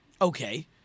Okay